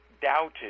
doubted